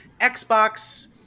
Xbox